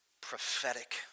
prophetic